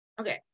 okay